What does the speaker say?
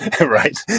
Right